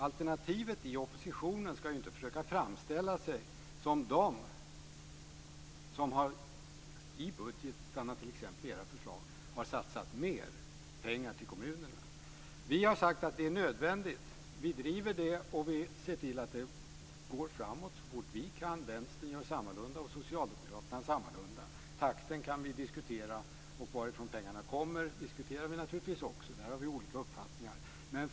Alternativet i oppositionen skall ju inte försöka framställa sig som de som i budgetarna har satsat mer pengar till kommunerna. Vi har sagt att det är nödvändigt. Vi driver det och vi ser till att det går framåt så fort vi kan. Vänsterpartiet gör sammalunda och Socialdemokraterna också. Takten kan vi diskutera, och varifrån pengarna kommer diskuterar vi naturligtvis också. Där har vi olika uppfattningar.